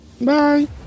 Bye